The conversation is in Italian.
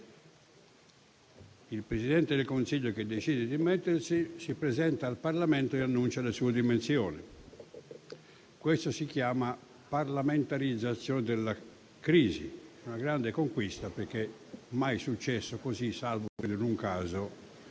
Il Presidente del Consiglio che decide di dimettersi si presenta al Parlamento e annuncia le sue dimissioni. Questa si chiama parlamentarizzazione della crisi: è una grande conquista, perché non è mai successo così, salvo per un caso,